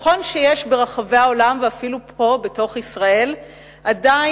נכון שעדיין יש ברחבי העולם ואפילו פה בתוך ישראל אנשים